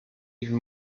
even